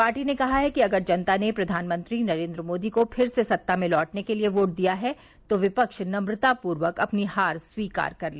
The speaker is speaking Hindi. पार्टी ने कहा है कि अगर जनता ने प्रधानमंत्री नरेंद्र मोदी को फिर से सत्ता में लौटने के लिए वोट दिया है तो विपक्ष नम्रतापूर्वक अपनी हार स्वीकार कर ले